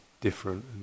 different